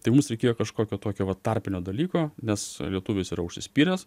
tai mums reikėjo kažkokio tokio va tarpinio dalyko nes lietuvis yra užsispyręs